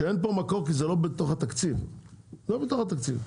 אמרתי שאין פה מקור כי זה לא בתוך התקציב לא בתוך התקציב.